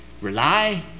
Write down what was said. rely